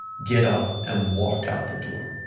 get up and walked out the door.